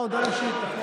הודעה אישית.